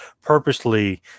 purposely